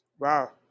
Wow